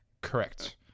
correct